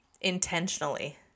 intentionally